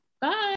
Bye